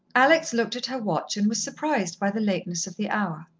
alex looked at her watch, and was surprised by the lateness of the hour.